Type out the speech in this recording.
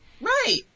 Right